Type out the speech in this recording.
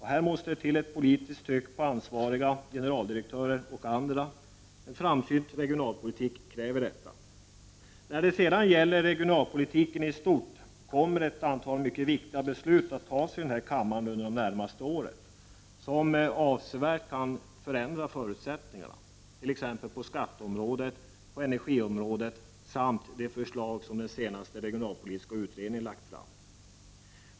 Här måste det till ett politiskt tryck på ansvariga generaldirektörer och andra. En framsynt regionalpolitik kräver detta. När det sedan gäller regionalpolitiken i stort kommer ett antal mycket viktiga beslut att fattas i denna kammare under det närmaste året som avsevärt kan förändra förutsättningarna t.ex. på skatteområdet och energiområdet. Det gäller också de förslag som den senaste regionalpolitiska utredningen har lagt fram.